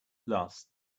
last